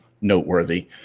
noteworthy